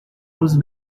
los